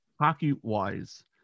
Hockey-wise